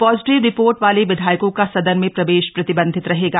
positive report वाले विधायकों का सदन में प्रवेश प्रतिबन्धित रहेगा